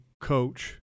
coach